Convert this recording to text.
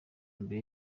mbere